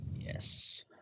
Yes